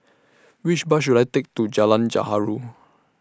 Which Bus should I Take to Jalan Gaharu